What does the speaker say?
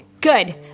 good